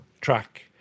track